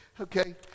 Okay